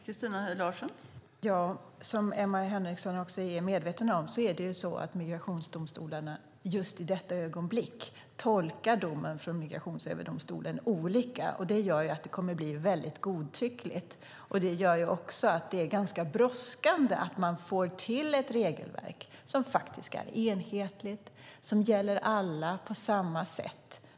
Fru talman! Som Emma Henriksson är medveten om tolkar migrationsdomstolarna just i detta ögonblick domen från Migrationsöverdomstolen olika. Det gör att det kommer att bli väldigt godtyckligt, och det gör också att det är ganska brådskande att få till ett regelverk som är enhetligt och som gäller alla på samma sätt.